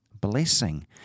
blessing